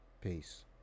Peace